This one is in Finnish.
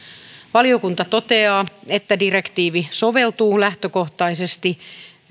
valiokunta toteaa että direktiivi soveltuu lähtökohtaisesti